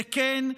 וכן,